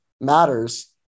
matters